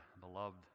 beloved